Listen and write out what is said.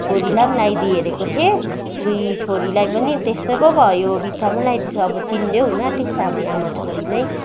छोरीलाई पनि लाइदिई हेरेको थिएँ अब्बुई छोरीलाई पनि त्यस्तै पो भयो बित्थामा लाइदिएछु अब चिन्डे हुनु आँटेको छ हामी आमा छोरी नै